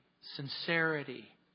sincerity